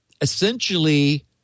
essentially